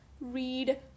read